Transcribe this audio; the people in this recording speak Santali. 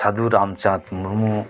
ᱥᱟᱫᱷᱩᱨᱟᱢ ᱪᱟᱸᱫ ᱢᱩᱨᱢᱩ